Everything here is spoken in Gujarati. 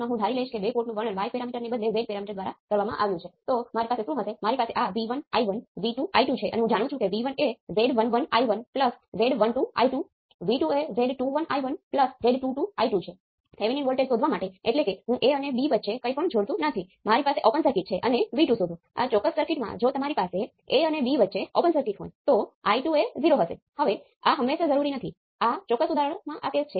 જો હું આને મારા બે પોર્ટ તરીકે ડિફાઇન કરું હું જાણું છું કે આનું વર્ણન કરવા માટેના બધા સાચા પેરામિટર માં સૌ પ્રથમ y પેરામિટર સેટ છે અને y પેરામિટર આ છે સ્પષ્ટપણે તે નોન રેસિપ્રોકલ છે